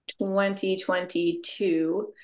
2022